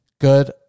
good